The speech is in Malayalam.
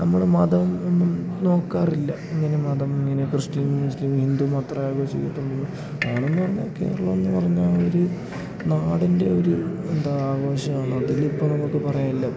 നമ്മൾ മതം ഒന്നും നോക്കാറില്ല ഇങ്ങനെ മതം ഇങ്ങനെ ക്രിസ്ത്യൻ മുസ്ലിം ഹിന്ദു മാത്രമേ ആഘോഷിക്കത്തുളളൂ ആണെന്നു പറഞ്ഞാൽ കേരളം എന്നു പറഞ്ഞാൽ ഒരു നാടിൻ്റെ ഒരു എന്താ ആഘോഷമാണ് അതിലിപ്പോൾ നമുക്ക് പറയാനുള്ളത്